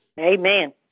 Amen